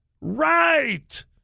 right